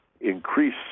increase